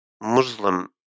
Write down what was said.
Muslim